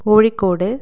Kozhikode